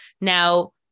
Now